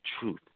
truth